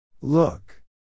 Look